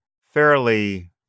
fairly